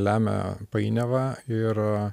lemia painiavą ir